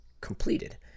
completed